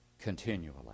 continually